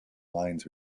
lines